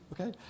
okay